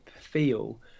feel